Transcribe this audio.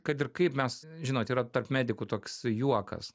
kad ir kaip mes žinot yra tarp medikų toks juokas